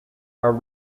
are